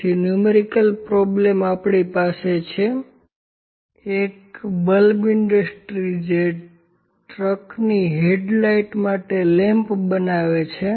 તેથી numerical problem આપણી પાસે છે બલ્બ ઇન્ડસ્ટ્રી જે ટ્રકની હેડલાઇટ માટે લેમ્પ બનાવે છે